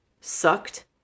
Sucked